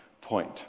point